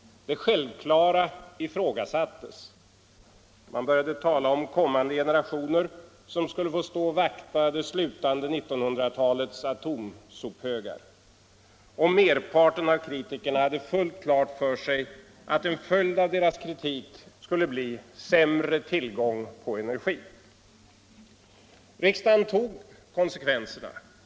”Det självklara” ifrågasattes. Man började tala om kommande generationer, som skulle få stå och vakta det slutande 1900-talets atomsophögar. Och merparten av kritikerna hade fullt klart för sig att en följd av deras kritik skulle bli en sämre tillgång på energi Riksdagen tog konsekvenserna.